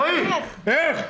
איך?